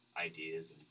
ideas